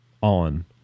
on